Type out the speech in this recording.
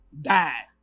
Died